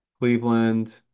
Cleveland